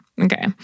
Okay